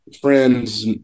friend's